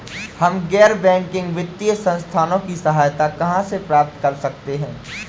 हम गैर बैंकिंग वित्तीय संस्थानों की सहायता कहाँ से प्राप्त कर सकते हैं?